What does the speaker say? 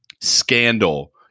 scandal